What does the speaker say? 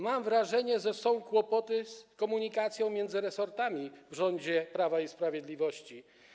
Mam wrażenie, że są kłopoty z komunikacją między resortami w rządzie Prawa i Sprawiedliwości.